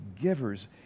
givers